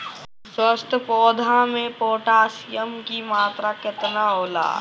स्वस्थ पौधा मे पोटासियम कि मात्रा कितना होला?